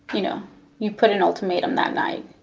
you know you put an ultimatum that night.